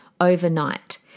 overnight